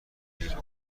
کردم